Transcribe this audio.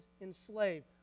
enslaved